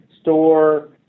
store